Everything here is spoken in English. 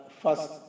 first